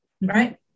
Right